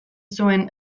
zuen